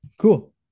Cool